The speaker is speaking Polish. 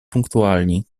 punktualni